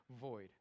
void